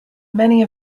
many